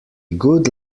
good